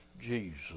Jesus